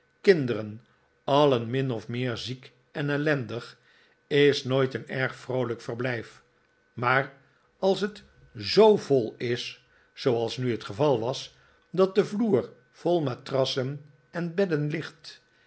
kinderen alien min of meer ziek en ellendig is nooit een erg vroolijk verblijf maar als het zoo vol is zooals nu het geval was dat de vloer vol matrassen en bedden ligt